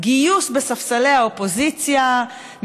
גיוס בספסלי האופוזיציה,